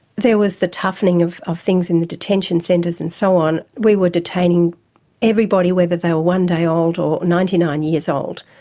there was the toughening of of things in the detention centres and so on, we were detaining everybody whether they were one day old or ninety nine years old.